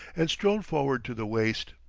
and strolled forward to the waist.